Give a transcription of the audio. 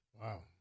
Wow